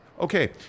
Okay